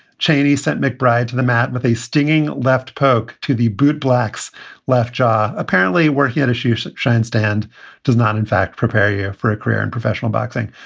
cheney sent mcbride to the mat with a stinging left, polk to the boot blacks left jaw, apparently where he had issues that grandstand does not in fact prepare you for a career in professional boxing.